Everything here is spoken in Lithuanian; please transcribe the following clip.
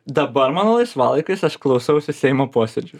dabar mano laisvalaikis aš klausausi seimo posėdžių